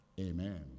Amen